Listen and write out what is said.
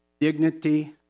dignity